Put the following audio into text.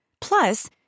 Plus